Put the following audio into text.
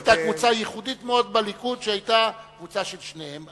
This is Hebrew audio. היתה קבוצה ייחודית מאוד בליכוד שהיתה קבוצה של שניהם.